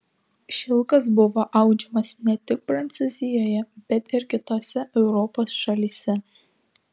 šilkas buvo audžiamas ne tik prancūzijoje bet ir kitose europos šalyse